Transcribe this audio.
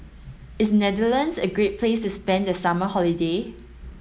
is Netherlands a great place to spend the summer holiday